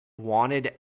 wanted